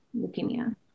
leukemia